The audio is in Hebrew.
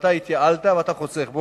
ואתה התייעלת ואתה חוסך,